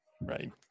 Right